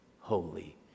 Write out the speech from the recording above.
holy